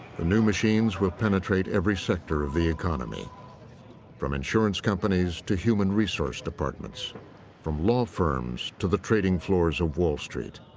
the new machines will penetrate every sector of the economy from insurance companies to human resource departments from law firms to the trading floors of wall street.